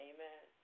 Amen